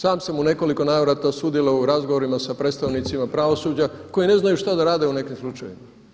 Sam sam u nekoliko navrata sudjelovao u razgovorima sa predstavnicima pravosuđa koji ne znaju šta da rade u nekim slučajevima.